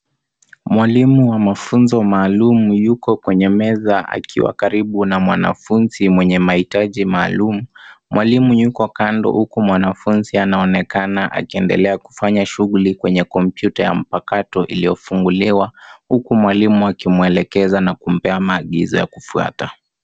Mwalimu wa mafunzo maalum yuko kwenye meza akiwa karibu na mwanafunzi mwenye mahitaji maalum, mwalimu yuko kando huku mwanafunzi anaonekana akiendelea kufanya shuguli kwenye kompyuta ya mpakato iliyofunguliwa huku mwalimu akimwelekeza na kumpea maagizo ya kufwata.